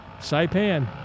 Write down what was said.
Saipan